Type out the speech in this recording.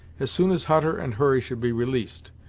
as soon as hutter and hurry should be released,